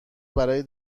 برای